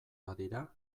badira